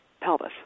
pelvis